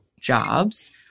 jobs